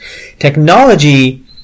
Technology